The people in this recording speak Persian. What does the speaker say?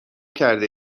کرده